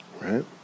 Right